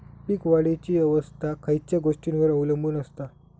पीक वाढीची अवस्था खयच्या गोष्टींवर अवलंबून असता?